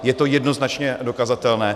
Je to jednoznačně dokazatelné.